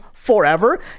Forever